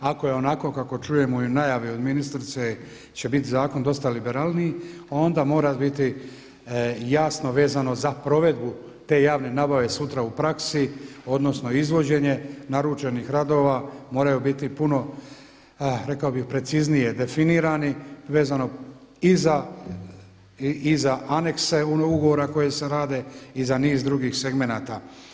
Ako je onako kako čujemo i u najavi od ministrice će biti zakon dosta liberalniji onda mora biti jasno vezano za provedbu te javne nabave sutra u praksi, odnosno izvođenje naručenih radova moraju biti rekao bih preciznije definirani vezano i za anexe ugovora koji se rade i za niz drugih segmenata.